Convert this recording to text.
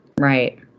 Right